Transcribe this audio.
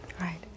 Right